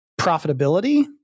profitability